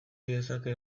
dezake